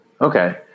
Okay